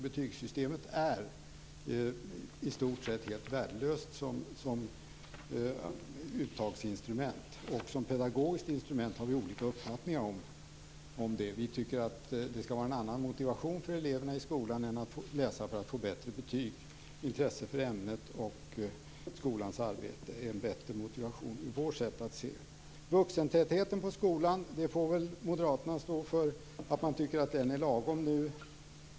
Betygssystemet är i stort sett helt värdelöst som uttagsinstrument. Vi har olika uppfattningar om betygssystemet som pedagogiskt instrument. Vi tycker att det skall vara en annan motivation för eleverna i skolan än att läsa för att få bättre betyg. Intresse för ämnet och skolans arbete är en bättre motivation enligt vårt sätt att se det. Moderaterna får väl stå för att de tycker att vuxentätheten i skolan är lagom nu.